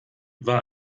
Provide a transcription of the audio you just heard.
war